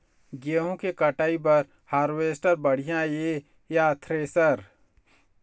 गेहूं के कटाई बर हारवेस्टर बढ़िया ये या थ्रेसर?